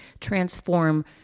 transform